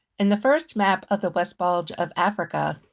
in the first map of the west bulge of africa,